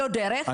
לא דרך.